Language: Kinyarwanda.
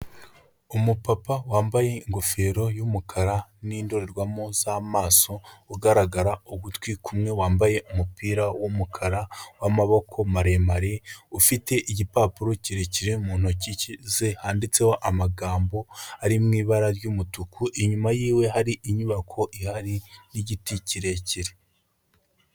Umupapa wambaye ingofero y'umukara n'indorerwamo z'amaso, ugaragara ugutwi kumwe, wambaye umupira w'umukara w'amaboko maremare, ufite igipapuro kirekire mu ntoki ze handitseho amagambo ari mu ibara ry'umutuku, inyuma yiwe hari inyubako ihari n'igiti kirekire.